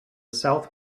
south